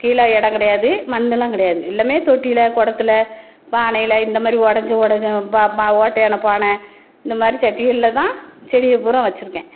கீழே இடம் கிடையாது மண்ணெல்லாம் கிடயாது எல்லாமே தொட்டியில் குடத்துல பானையில் இந்த மாதிரி உடஞ்ச உடஞ்ச பா பா ஓட்டையான பானை இந்த மாதிரி சட்டிகளில் தான் செடியை பூரா வச்சுருக்கேன்